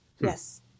yes